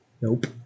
Nope